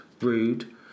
rude